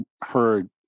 heard